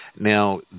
Now